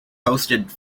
hosted